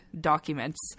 documents